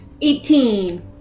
Eighteen